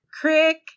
crick